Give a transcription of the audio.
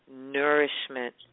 nourishment